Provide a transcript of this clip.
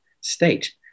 state